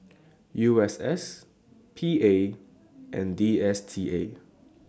U S S P A and D S T A